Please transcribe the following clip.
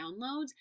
downloads